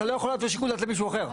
אתה לא יכול להעביר שיקול דעת למישהו אחר.